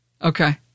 Okay